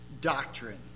doctrine